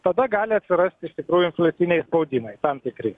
tada gali atsirasti iš tikrųjų infiliaciniai spaudimai tam tikri